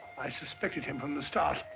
i suspected him from the start.